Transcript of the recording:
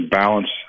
balance